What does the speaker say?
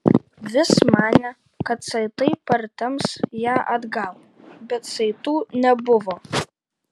vis manė kad saitai partemps ją atgal bet saitų nebuvo